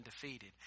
defeated